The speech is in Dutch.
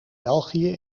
belgië